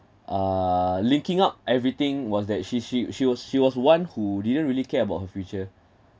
uh linking up everything was that she she she was she was one who didn't really care about her future